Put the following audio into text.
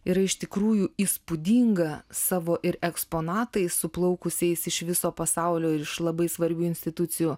yra iš tikrųjų įspūdinga savo ir eksponatai suplaukusiais iš viso pasaulio ir iš labai svarbių institucijų